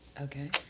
Okay